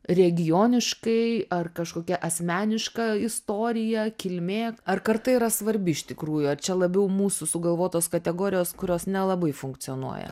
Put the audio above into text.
regioniškai ar kažkokia asmeniška istorija kilmė ar karta yra svarbi iš tikrųjų ar čia labiau mūsų sugalvotos kategorijos kurios nelabai funkcionuoja